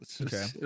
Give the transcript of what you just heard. okay